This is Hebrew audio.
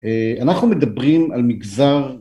אנחנו מדברים על מגזר...